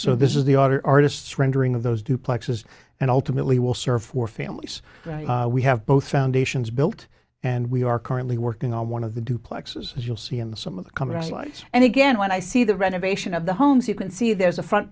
so this is the author artist's rendering of those duplexes and ultimately will serve four families we have both foundations built an we are currently working on one of the duplexes as you'll see in some of the coming slides and again when i see the renovation of the homes you can see there's a front